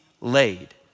laid